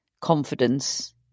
confidence